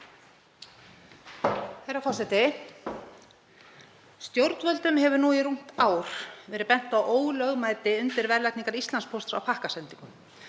Herra forseti. Stjórnvöldum hefur nú í rúmt ár verið bent á ólögmæti undirverðlagningar Íslandspósts á pakkasendingum,